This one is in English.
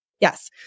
Yes